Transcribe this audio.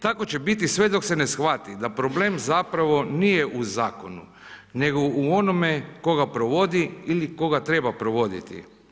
Tako će biti sve dok se ne shvati, da problem zapravo nije u zakonu, nego u onome, tko ga provodi ili tko ga treba provoditi.